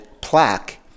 plaque